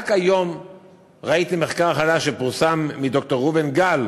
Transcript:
רק היום ראיתי מחקר חדש שפורסם, של ד"ר ראובן גל,